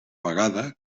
vegada